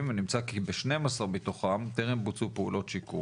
ונמצא כי ב-12 מתוכם טרם בוצעו פעולות שיקום,